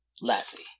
Lassie